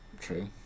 true